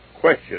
Question